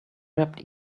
wrapped